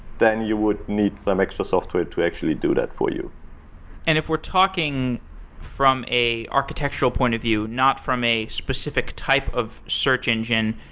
then you would need some extra software to actually do that for you and if we're talking from an architectural point of view, not from a specific type of search engine,